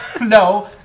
No